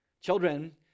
Children